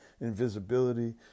invisibility